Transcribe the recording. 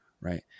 right